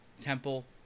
Temple